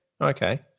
okay